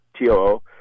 T-O-O